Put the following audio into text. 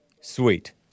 Sweet